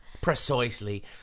Precisely